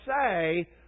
say